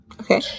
Okay